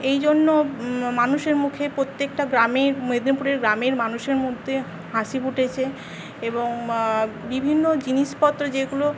এইজন্য মানুষের মুখে প্রত্যেকটা গ্রামে মেদিনীপুরের গ্রামের মানুষের মধ্যে হাসি ফুটেছে এবং বিভিন্ন জিনিসপত্র যেগুলো